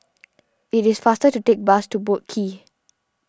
it is faster to take the bus to Boat Quay